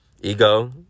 ego